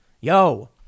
Yo